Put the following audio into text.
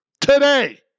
today